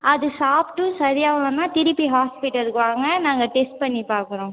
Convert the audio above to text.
அது சாப்பிட்டும் சரி ஆகலனா திருப்பி ஹாஸ்ப்பிட்டல்க்கு வாங்க நாங்கள் டெஸ்ட் பண்ணி பார்க்குறோம்